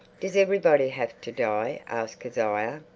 does everybody have to die? asked kezia.